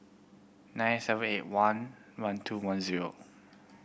nine seven eight one one two one zero